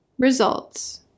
Results